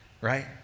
right